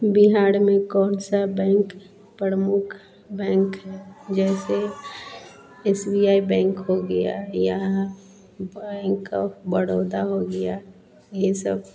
बिहार में कौन सा बैंक प्रमुख बैंक हैं जैसे एस बी आई बैंक हो गया या बैंक ऑफ बड़ोदा हो गया ये सब